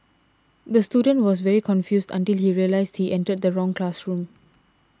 the student was very confused until he realised he entered the wrong classroom